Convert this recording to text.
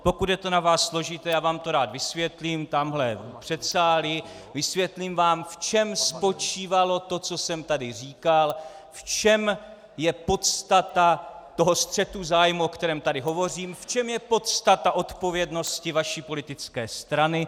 Pokud je to na vás složité, já vám to rád vysvětlím tamhle v předsálí, vysvětlím vám, v čem spočívalo to, co jsem tady říkal, v čem je podstata toho střetu zájmů, o kterém tady hovořím, v čem je podstata odpovědnosti vaší politické strany.